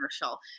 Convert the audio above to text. commercial